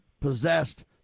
possessed